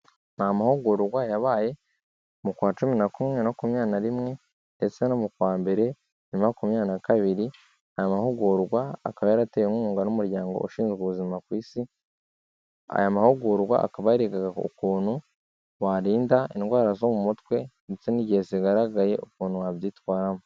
Ni amahugurwa yabaye mu kwa cumi na kumwe myabiri na rimwe, ndetse no mu kwa mbere makumyabiri na kabiri, aya mahugurwa akaba yaratewe inkunga n'umuryango ushinzwe ubuzima ku isi, aya mahugurwa akaba yarigaga ku kuntu warinda indwara zo mu mutwe ndetse n'igihe zigaragaye, ukuntu wabyitwaramo.